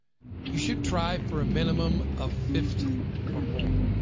you should try for a minimum of fifty or more.